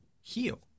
heal